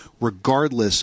regardless